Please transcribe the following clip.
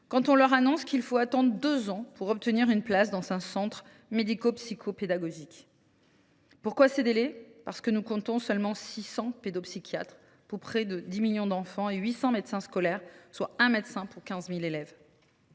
lorsqu’on leur annonce qu’il leur faudra attendre deux ans pour obtenir une place dans un centre médico psycho pédagogique (CMPP). Pourquoi ces délais ? Parce que nous comptons seulement 600 pédopsychiatres pour près de 10 millions d’enfants et 800 médecins scolaires, soit un médecin pour 15 000 élèves.